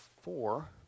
four